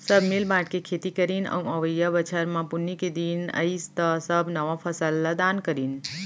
सब मिल बांट के खेती करीन अउ अवइया बछर म पुन्नी के दिन अइस त सब नवा फसल ल दान करिन